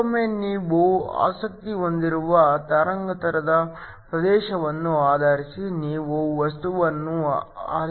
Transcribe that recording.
ಮತ್ತೊಮ್ಮೆ ನೀವು ಆಸಕ್ತಿ ಹೊಂದಿರುವ ತರಂಗಾಂತರದ ಪ್ರದೇಶವನ್ನು ಆಧರಿಸಿ ನೀವು ವಸ್ತುವನ್ನು ಆರಿಸುತ್ತೀರಿ